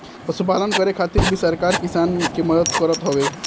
पशुपालन करे खातिर भी सरकार किसान के मदद करत हवे